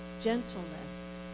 gentleness